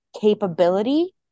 capability